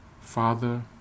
Father